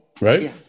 Right